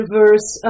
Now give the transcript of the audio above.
verse